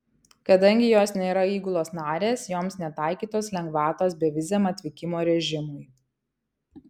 kadangi jos nėra įgulos narės joms netaikytos lengvatos beviziam atvykimo režimui